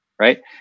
Right